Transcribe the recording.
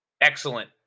excellent